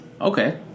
Okay